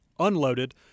unloaded